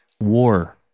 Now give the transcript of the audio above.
war